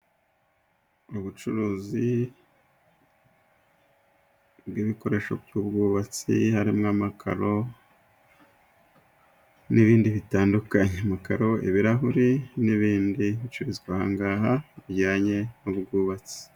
Ubucuruzi, bw'ibikoresho by'ubwubatsi; harimo amakaro, ibirahure n'ibindi bitandukanye, bicururizwa ahangaha bijyanye n'ubwubatsi.